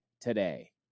today